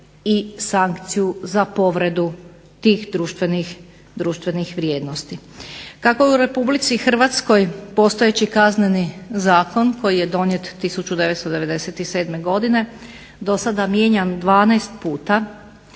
i sankciju za povredu tih društvenih vrijednosti. Kako u Republici Hrvatskoj postojeći Kazneni zakon koji je donijet 1997. godine do sada mijenjan 12 puta,